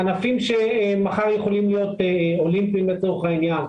ענפים שמחר יכולים להיות אולימפיים לצורך העניין.